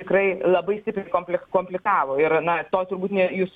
tikrai labai stipriai komplik komplikavo ir na to turbūt net jūs